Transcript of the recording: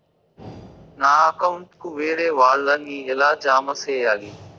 నా అకౌంట్ కు వేరే వాళ్ళ ని ఎలా జామ సేయాలి?